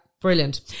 Brilliant